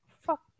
Fuck